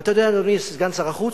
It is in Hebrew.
ואתה יודע, אדוני סגן שר החוץ,